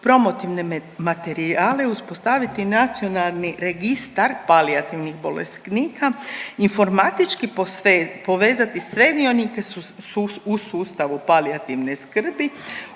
materijale, uspostaviti nacionalni registar palijativnih bolesnika, informatički povezati sve dionike u sustavu palijativne skrbi,